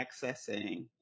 accessing